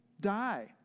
die